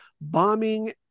bombing